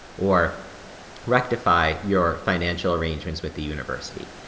or rectify your financial arrangements with the university.